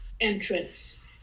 entrance